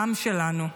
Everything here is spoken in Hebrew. העם שלנו,